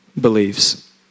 believes